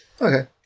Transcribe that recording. okay